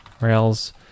Rails